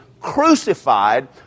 crucified